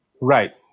Right